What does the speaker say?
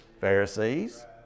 Pharisees